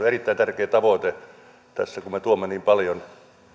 erittäin tärkeä tavoite tässä kun me tuomme niin paljon